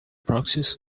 proxies